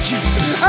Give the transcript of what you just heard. Jesus